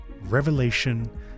revelation